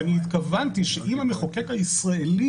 אז מה עשינו לטובת האישה?